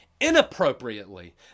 inappropriately